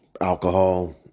alcohol